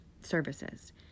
services